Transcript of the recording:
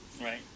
Right